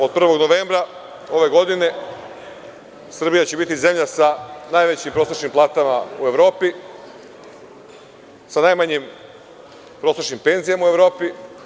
Od 1. novembra ove godine Srbija će biti zemlja sa najvećim prosečnim platama u Evropi, sa najmanjim prosečnim penzijama u Evropi.